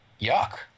Yuck